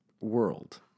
World